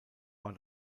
war